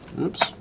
oops